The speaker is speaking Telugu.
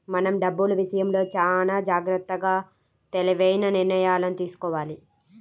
మనం డబ్బులు విషయంలో చానా జాగర్తగా తెలివైన నిర్ణయాలను తీసుకోవాలి